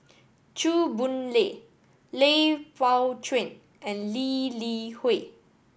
Chew Boon Lay Lui Pao Chuen and Lee Li Hui